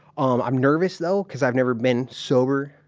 um, i've nervous though because i've never been sober,